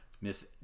Miss